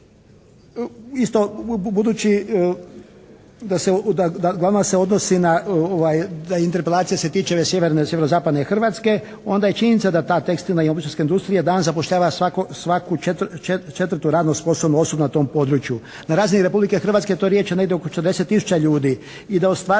se ne razumije./ … odnosi na, da interpelacija se tiče ove sjeverne, sjeverozapadne Hrvatske onda je činjenica da ta tekstilna i obućarska industrija danas zapošljava svaku četvrtu radno sposobnu osobu na tom području. Na razini Republike Hrvatske to je riječ o negdje oko 40 tisuća ljudi. I da ostvaruje